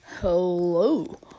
Hello